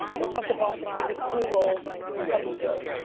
go talk the boss and create this cool role and fucking build?